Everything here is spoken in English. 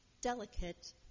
delicate